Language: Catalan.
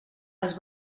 els